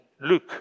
Luke